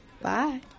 Bye